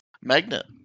magnet